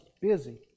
busy